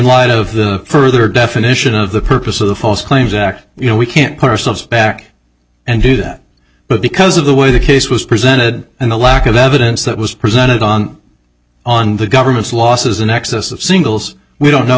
light of the further definition of the purpose of the false claims act you know we can't put ourselves back and do that but because of the way the case was presented and the lack of evidence that was presented on on the government's losses in excess of singles we don't know